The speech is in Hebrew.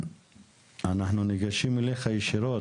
אנחנו ניגשים אליך ישירות,